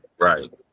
right